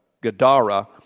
Gadara